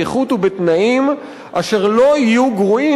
באיכות ובתנאים אשר לא יהיו גרועים